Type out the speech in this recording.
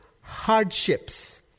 hardships